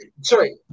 Sorry